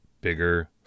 bigger